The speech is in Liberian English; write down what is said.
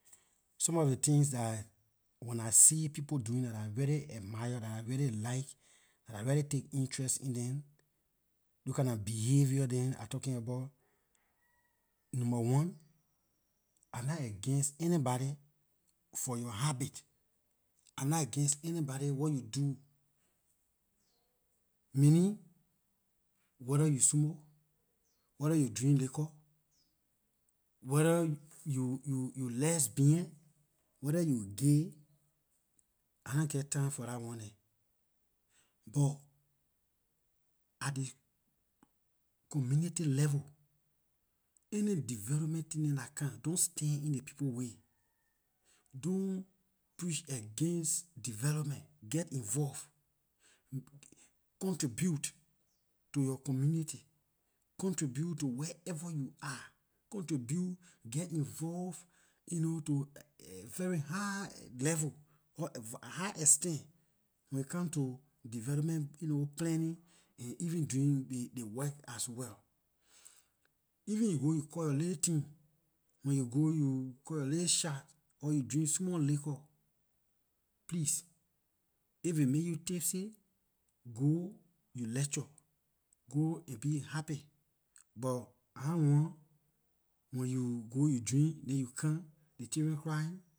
Some of ley tins dah when I see people doing dah I really admire dah I really like dah I really take interest in dem those kinda behavior dem I talking about number one I nah against anybody for yor habit I nah against anybody what you do meaning whether you smoke whether you drink liquor whether you lesbian whether you gay I nah geh time for dah one dem buh at ley community level any development tin dem dah come don't stand in ley people way don't preach against development get involve contribute to yor community contribute to where ever you are contribute geh involve to a very high level high extent when it comes to development planning and even doing ley work as well even you go you cut yor ley tin when you go you cut yor ley shot or you drink small liquor please if aay make you tipsy go you lecture go and be happy buh ahn want when you go you drink than you come ley children crying